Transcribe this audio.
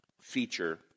feature